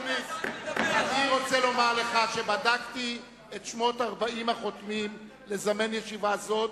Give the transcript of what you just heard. אני רוצה לומר לך שבדקתי את שמות 40 החותמים לזמן ישיבה זו,